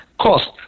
cost